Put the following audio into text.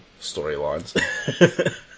storylines